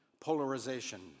polarization